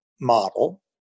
model